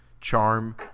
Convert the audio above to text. charm